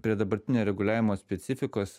prie dabartinio reguliavimo specifikos